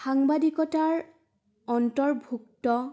সাংবাদিকতাৰ অন্তৰ্ভুক্ত